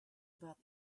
about